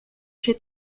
się